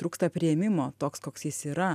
trūksta priėmimo toks koks jis yra